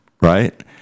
right